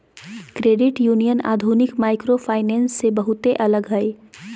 credit union आधुनिक microfinance से बहुते अलग हय